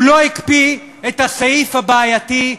הוא לא הקפיא את הסעיף הבעייתי,